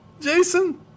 Jason